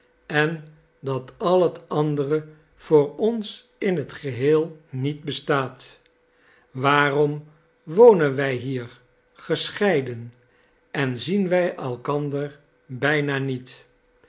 en dat al het andere voor ons in t geheel niet bestaat waarom wonen wij hier gescheiden en zien wij elkander bijna niet